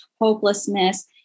hopelessness